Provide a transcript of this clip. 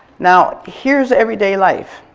now here's everyday life.